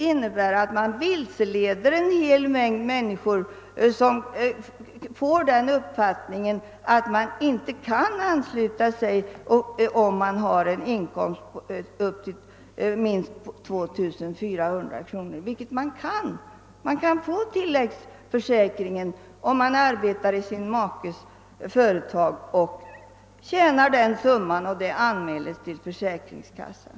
Därmed vilseleder man en mängd människor som får den uppfattningen att de inte kan försäkra sig för tilläggssjukpenning. Vilket de kan om de har en inkomst på minst 2 400 kronor. De kan få tilläggssjukpenning om de arbetar i sin makes företag och anmäler det till försäkringskassan.